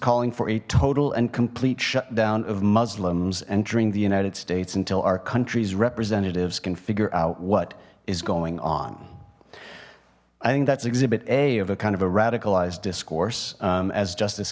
calling for a total and complete shutdown of muslims entering the united states until our country's representatives can figure out what is going on i think that's exhibit a of a kind of a radicalized discourse as justice